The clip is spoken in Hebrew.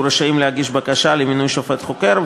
רשאים להגיש בקשה למינוי שופט חוקר,